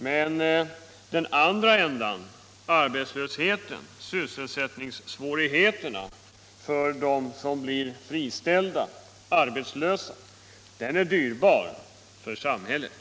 Men den andra änden — arbetslösheten, sysselsättningssvårigheterna för dem som blir friställda, arbetslösa — är dyrbar för samhället.